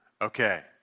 okay